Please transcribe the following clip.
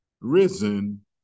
risen